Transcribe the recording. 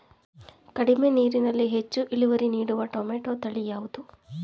ಕಡಿಮೆ ನೀರಿನಲ್ಲಿ ಹೆಚ್ಚು ಇಳುವರಿ ನೀಡುವ ಟೊಮ್ಯಾಟೋ ತಳಿ ಯಾವುದು?